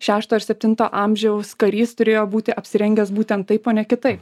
šešto ar septinto amžiaus karys turėjo būti apsirengęs būtent taip o ne kitaip